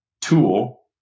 tool